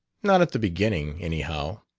not at the beginning, anyhow.